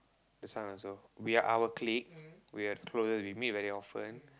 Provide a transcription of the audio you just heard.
this one also we our clique we are closer we meet very often